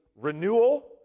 renewal